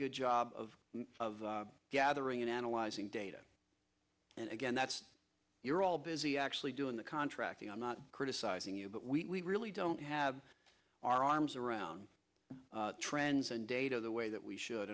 good job of of gathering and analyzing data and again that's you're all busy actually doing the contracting i'm not criticizing you but we really don't have our arms around trends and data the way that we should